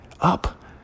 up